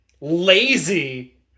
lazy